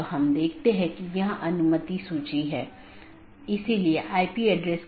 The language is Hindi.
जो हम चर्चा कर रहे थे कि हमारे पास कई BGP राउटर हैं